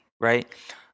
right